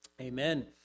amen